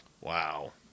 Wow